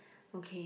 okay